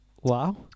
wow